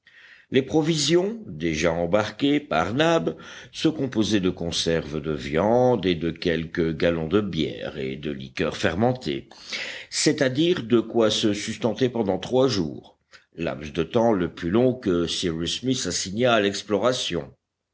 les provisions déjà embarquées par nab se composaient de conserves de viande et de quelques gallons de bière et de liqueur fermentée c'est-à-dire de quoi se sustenter pendant trois jours laps de temps le plus long que cyrus smith